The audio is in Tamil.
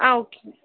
ஓகேங்க மேம்